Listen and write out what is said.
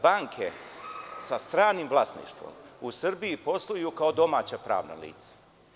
Banke sa stranim vlasništvom u Srbiji posluju kao domaća pravna lica.